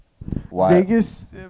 Vegas